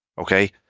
Okay